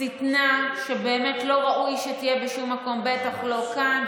שטנה שלא ראוי שתהיה בשום מקום, בטח לא כאן.